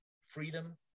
freedom